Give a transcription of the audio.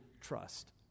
trust